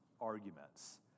arguments